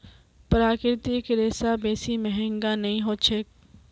प्राकृतिक रेशा बेसी महंगा नइ ह छेक